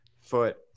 foot